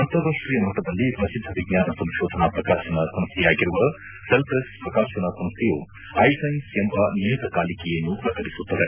ಅಂತಾರಾಷ್ಟೀಯ ಮಟ್ಟದಲ್ಲಿ ಪ್ರಸಿದ್ದ ವಿಜ್ಞಾನ ಸಂಶೋಧನಾ ಪ್ರಕಾಶನ ಸಂಸ್ಥೆಯಾಗಿರುವ ಸೆಲ್ ಪ್ರೆಸ್ ಪ್ರಕಾಶನ ಸಂಸ್ಥೆಯು ಐಸೈನ್ಸ್ ಎಂಬ ನಿಯತ ಕಾಲಿಕೆಯನ್ನು ಪ್ರಕಟಿಸುತ್ತದೆ